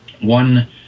One